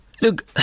look